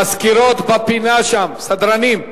מזכירות, בפינה שם, סדרנים.